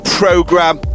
program